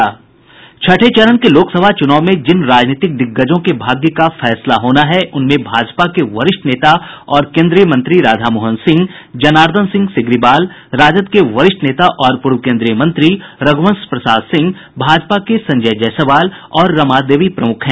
छठे चरण के लोकसभा चुनाव में जिन राजनीतिक दिग्गजों के भाग्य का फैसला होना है उनमें भाजपा के वरिष्ठ नेता और केन्द्रीय मंत्री राधामोहन सिंह जनार्दन सिंह सिग्रीवाल राजद के वरिष्ठ नेता और पूर्व कोन्द्रीय मंत्री रघुवंश प्रसाद सिंह भाजपा के संजय जायसवाल और रमा देवी प्रमुख हैं